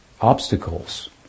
obstacles